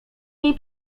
niej